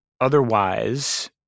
otherwise